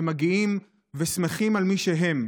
שמגיעים ושמחים על מי שהם.